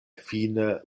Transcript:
fine